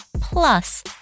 plus